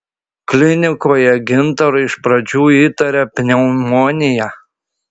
klinikoje gintarui iš pradžių įtarė pneumoniją